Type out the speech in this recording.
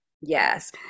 Yes